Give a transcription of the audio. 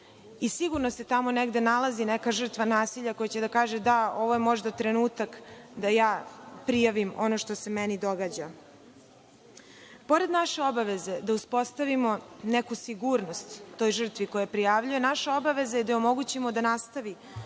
i sigurno se tamo negde nalazi neka žrtva nasilja, koja će da kaže – da ovo je možda trenutak da ja prijavim ono što se meni događa. Pored naše obaveze da uspostavimo neku sigurnost toj žrtvi koja prijavljuje, naša obaveza je da joj omogućimo da nastavi